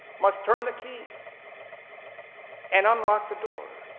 must turn the key and unlock the door.